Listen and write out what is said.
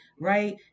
right